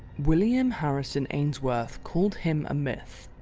william harrison ainsworth called him a myth,